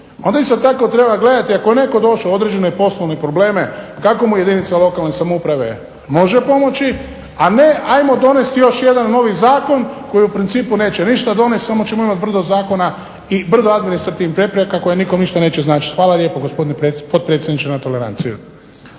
onda isto tako treba gledati ako je netko došao u određene poslovne probleme kako mu jedinica lokalne samouprave može pomoći, a ne hajmo donesti još jedan novi zakon koji u principu neće ništa donesti. Samo ćemo imati brdo zakona i brdo administrativnih prepreka koje nikom ništa neće značiti. Hvala lijepo gospodine potpredsjedniče na toleranciji.